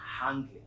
handling